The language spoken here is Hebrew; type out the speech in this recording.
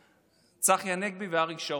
גם צחי הנגבי ואריק שרון היו